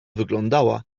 wyglądała